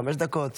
חמש דקות?